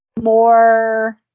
more